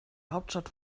hauptstadt